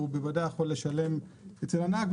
הוא בוודאי יכול לשלם אצל הנהג.